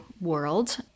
world